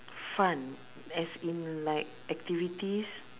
fun as in like activities